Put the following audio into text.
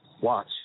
watch